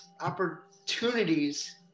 opportunities